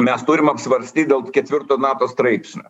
mes turim apsvarstyt dėl ketvirto nato straipsnio